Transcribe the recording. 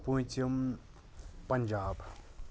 پوٗنٛژِم پَنجاب